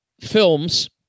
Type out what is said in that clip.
films